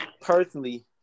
Personally